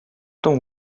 temps